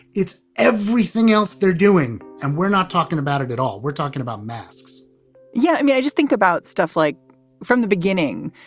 it's everything else they're doing. and we're not talking about it at all. we're talking about masks yeah. i mean, i just think about stuff like from the beginning.